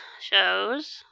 shows